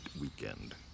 weekend